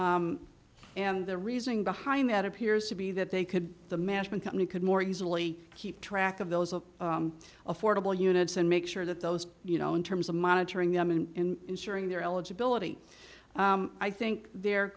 units and the reasoning behind that appears to be that they could the management company could more easily keep track of those of affordable units and make sure that those you know in terms of monitoring them in ensuring their eligibility i think there